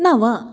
नव